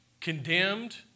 condemned